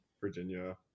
Virginia